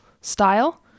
style